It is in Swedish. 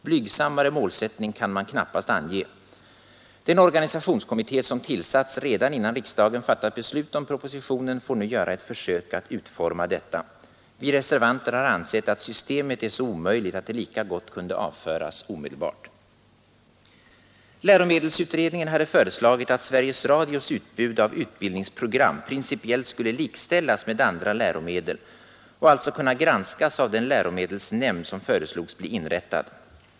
Blygsammare målsättning kan man knappast ange. Den organisationskommitté som tillsatts redan innan riksdagen fattat beslut om propositionen, får nu göra ett försök att utforma detta. Vi reservanter har ansett att systemet är så omöjligt att det lika gott kunde avföras omedelbart. Läromedelsutredningen hade föreslagit att Sveriges Radios utbud av utbildningsprogram principiellt skulle likställas med andra läromedel och alltså kunna granskas av den läromedelsnämnd som föreslogs bli inrättad.